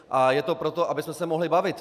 A je to proto, abychom se mohli bavit.